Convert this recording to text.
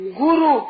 guru